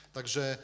Także